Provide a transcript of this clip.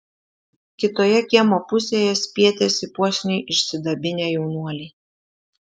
kitoje kiemo pusėje spietėsi puošniai išsidabinę jaunuoliai